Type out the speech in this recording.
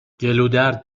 گلودرد